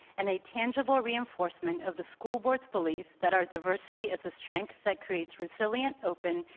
and a tangible reinforcement of the school board's belief that our diversity is a strength that creates resilient, open,